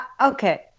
Okay